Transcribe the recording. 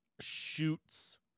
shoots